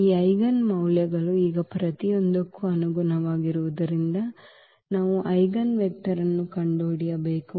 ಈ ಐಜೆನ್ ಮೌಲ್ಯಗಳು ಈಗ ಪ್ರತಿಯೊಂದಕ್ಕೂ ಅನುಗುಣವಾಗಿರುವುದರಿಂದ ನಾವು ಐಜೆನ್ ವೆಕ್ಟರ್ಅನ್ನು ಕಂಡುಹಿಡಿಯಬೇಕು